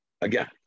Again